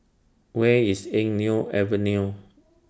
Where IS Eng Neo Avenue